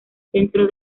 centro